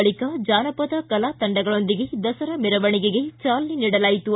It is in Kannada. ಬಳಿಕ ಜಾನಪದ ಕಲಾತಂಡಗಳೊಂದಿಗೆ ದಸರಾ ಮೆರವಣಿಗೆಗೆ ಚಾಲನೆ ನೀಡಲಾಯಿತು